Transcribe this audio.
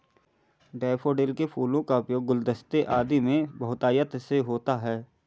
daffodil के फूलों का उपयोग गुलदस्ते आदि में बहुतायत से होता है